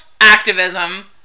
Activism